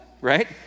right